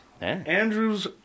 Andrew's